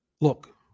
Look